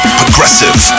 progressive